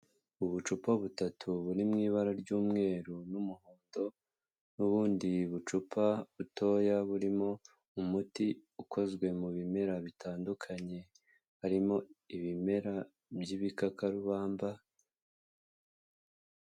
Ubucupa butatu buri mu ibara ry'umweru n'umuhondo, n'ubundi bucupa butoya burimo umuti ukozwe mu bimera bitandukanye, harimo ibimera by'ibikakarubamba.